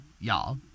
Y'all